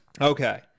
Okay